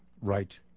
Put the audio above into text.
right